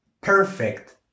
perfect